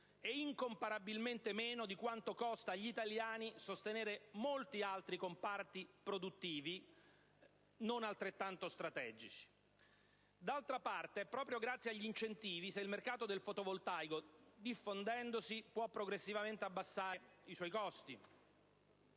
ed incomparabilmente meno di quanto costa agli italiani sostenere molti altri comparti produttivi non altrettanto strategici. D'altra parte, è proprio grazie agli incentivi se il mercato del fotovoltaico, diffondendosi, può progressivamente abbassare i suoi costi.